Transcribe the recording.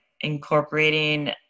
incorporating